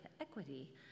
equity